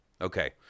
Okay